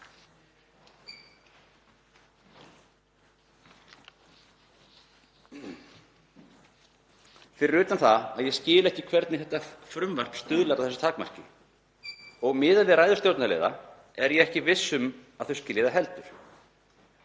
leita annað. Ég skil ekki hvernig þetta frumvarp stuðlar að þessu takmarki og miðað við ræður stjórnarliða er ég ekki viss um að þau skilji það heldur.